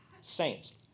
saints